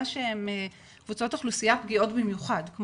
שהן קבוצות אוכלוסייה פגיעות במיוחד,